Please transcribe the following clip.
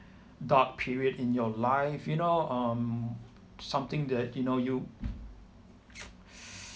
dark period in your life you know um something that you know you